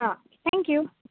आ thank you